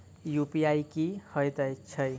UPI की हएत छई?